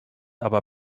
aber